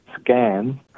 scan